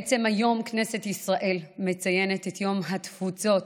היום כנסת ישראל מציינת את יום התפוצות